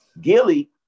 Gilly